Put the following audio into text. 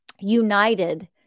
united